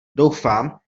doufám